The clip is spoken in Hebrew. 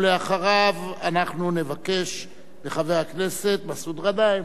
ואחריו אנחנו נבקש מחבר הכנסת מסעוד גנאים.